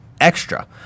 extra